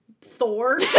Thor